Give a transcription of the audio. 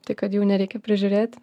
tai kad jų nereikia prižiūrėt